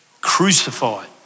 crucified